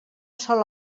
sol